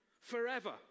forever